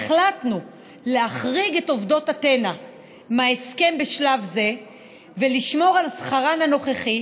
החלטנו להחריג את עובדות אתנה מההסכם בשלב זה ולשמור על שכרן הנוכחי,